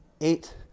eight